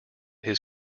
his